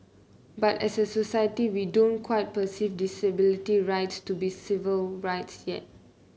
but as a society we don't quite perceive disability rights to be civil rights yet